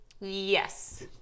yes